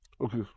Okay